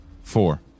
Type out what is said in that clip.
four